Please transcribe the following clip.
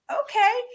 okay